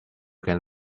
can